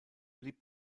blieb